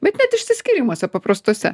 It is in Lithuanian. bet net išsiskyrimuose paprastuose